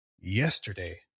yesterday